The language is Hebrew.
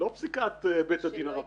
לא פסיקת בית הדין הרבני.